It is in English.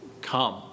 Come